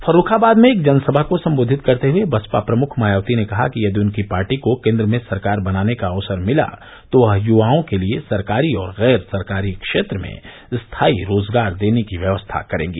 फर्रूखाबाद में एक जनसभा को सम्बोधित करते हये बसपा प्रमुख मायावती ने कहा कि यदि उनकी पार्टी को केन्द्र में सरकार बनाने का अवसर मिला तो वह युवाओं के लिये सरकारी और गैर सरकारी क्षेत्र में स्थायी रोजगार देने की व्यवस्था करेंगी